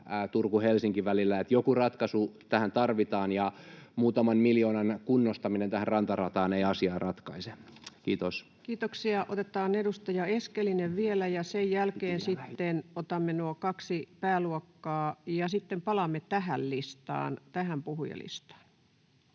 Turku—Helsinki-välillä. Eli joku ratkaisu tähän tarvitaan, ja muutaman miljoonan kunnostus tähän rantarataan ei asiaa ratkaise. — Kiitos. Kiitoksia. — Otetaan edustaja Eskelinen vielä. Sen jälkeen otamme nuo kaksi pääluokkaa, ja sitten palaamme tähän puhujalistaan.